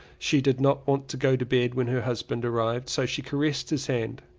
she did not want to go to bed when her husband arrived, so she caressed his hand.